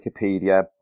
Wikipedia